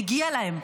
מגיע להם,